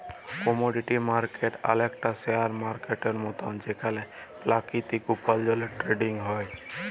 commodity market অলেকটা share মার্কেটের মতল যেখালে পেরাকিতিক উপার্জলের টেরেডিং হ্যয়